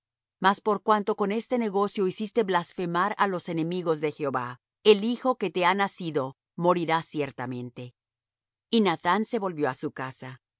mas por cuanto con este negocio hiciste blasfemar á los enemigos de jehová el hijo que te ha nacido morirá ciertamente y nathán se volvió á su casa y